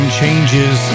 changes